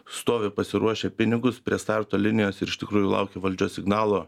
stovi pasiruošę pinigus prie starto linijos ir iš tikrųjų laukia valdžios signalo